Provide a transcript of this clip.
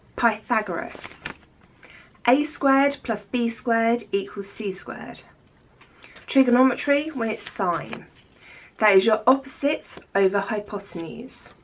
pythagoras a squared plus b. squared equals c squared trigonometry when it's fine those are opposites over hypotenuse